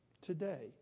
Today